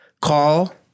call